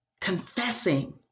confessing